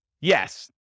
Yes